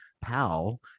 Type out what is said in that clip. pal